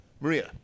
Maria